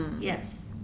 yes